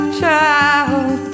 child